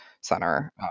Center